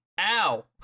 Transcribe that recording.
Ow